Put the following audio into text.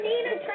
Nina